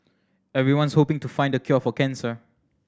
everyone's hoping to find the cure for cancer